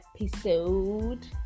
episode